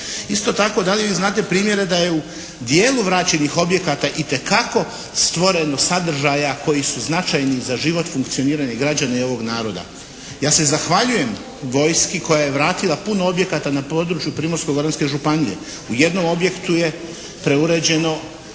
Isto tako, da li vi znate primjere da je u dijelu vraćenih objekata itekako stvoreno sadržaja koji su značajni za život i funkcioniranje građana i ovog naroda. Ja se zahvaljujem vojsci koja je vratila puno objekata na području Primorsko-goranske županije. U jednom objektu je preuređeno